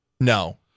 No